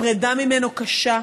הפרידה ממנו קשה.